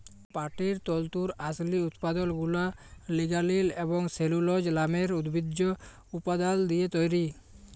পাটের তল্তুর আসলি উৎপাদলগুলা লিগালিল এবং সেলুলজ লামের উদ্ভিজ্জ উপাদাল দিঁয়ে তৈরি